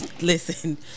listen